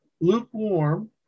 lukewarm